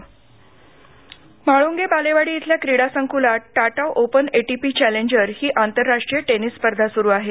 tennis Mhalunge Balewadi इथल्या क्रीडासंकुलात Tata Open ATP Challenger ही आंतरराष्ट्रीय टेनिस स्पर्धा सुरु आहे